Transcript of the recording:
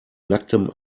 nacktem